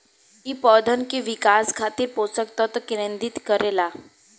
इ पौधन के विकास खातिर पोषक तत्व केंद्रित करे ला